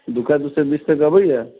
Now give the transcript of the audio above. दूका दू से बीस तक अबैया